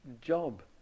job